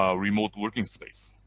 um remote working space.